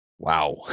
Wow